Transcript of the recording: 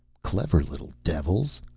clever little devils!